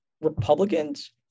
Republicans